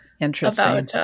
interesting